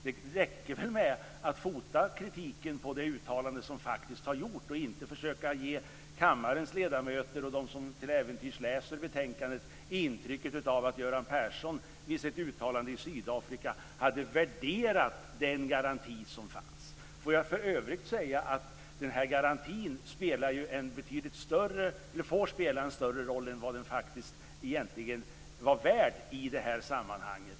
Det räcker väl med att fota kritiken på det uttalande som faktiskt har gjorts och inte försöka ge kammarens ledamöter och dem som till äventyrs läser betänkandet intrycket av att Göran Persson vid sitt uttalande i Sydafrika hade värderat den garanti som fanns. Får jag för övrigt säga att den här garantin ju får spela en betydligt större roll än vad den faktiskt egentligen var värd i detta sammanhang.